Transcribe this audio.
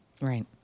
Right